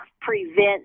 prevent